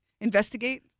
Investigate